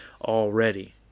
already